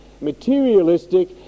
materialistic